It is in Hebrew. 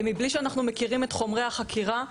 בלי שאנחנו מכירים את חומרי החקירה.